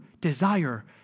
desire